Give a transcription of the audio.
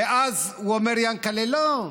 ואז הוא אומר, יענקל'ה: לא,